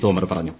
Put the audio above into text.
തോമർ പറഞ്ഞു